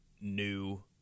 new